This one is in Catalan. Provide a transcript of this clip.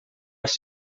els